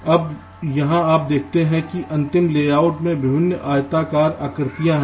अब यहाँ आप देखते हैं कि अंतिम लेआउट में विभिन्न आयताकार आकृतियाँ हैं